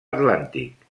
atlàntic